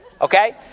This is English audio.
okay